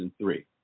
2003